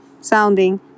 sounding